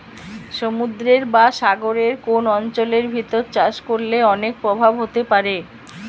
সমুদ্রের বা সাগরের কোন অঞ্চলের ভিতর চাষ করলে অনেক প্রভাব হতে পারে